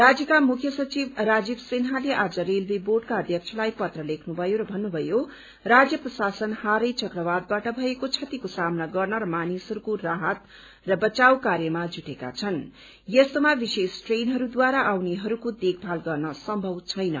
राज्यका मुख्य सचिव राजीव सिन्हाले आज रेलवे बोर्डका अध्यक्षलाई पत्र लेख्नुभयो र भन्नुभयो राज्य प्रशासन हालै चक्रवातबाट भएको क्षतिको सामना गर्न र मानिसहरूको राहत र बचाव कार्यमा जुटेका छन् यस्तोम विशेष ट्रेनहरूद्वारा आउनेहरूको देखभाल गर्न सम्भव छैन